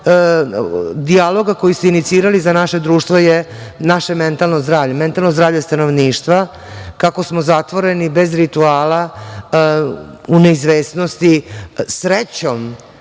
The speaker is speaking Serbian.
kako smo zatvoreni bez rituala, u neizvesnosti, srećom,